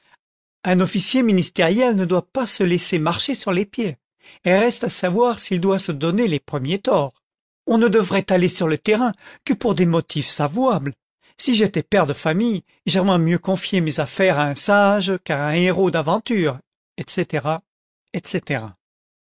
un officier ministériel ne doit pas se laisser marcher sur le pied reste à savoir s'il doit se donner les premiers torts on ne devrait aller sur le terrain que pour des motifs avouables si j'étais père de famille j'aimerais mieux confier mes affaires à un sage qu'à un léros d'aventures etc etc